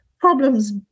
problems